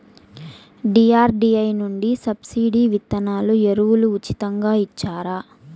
DRDA నుండి subsidy విత్తనాలు ఎరువులు ఉచితంగా ఇచ్చారా?